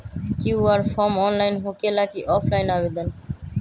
QR form online होकेला कि offline आवेदन?